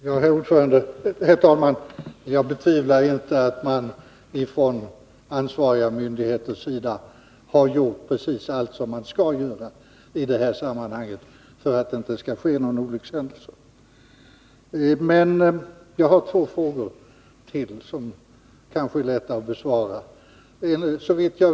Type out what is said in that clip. Herr talman! Jag betvivlar inte att ansvariga myndigheter i det här sammanhanget har gjort allt man skall göra för att det inte skall ske någon olyckshändelse. Jag har ytterligare två frågor, som kanske är lätta att besvara.